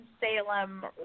Salem